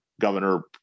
governor